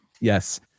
Yes